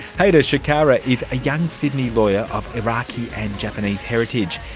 hayder shkara is a young sydney lawyer of iraqi and japanese heritage.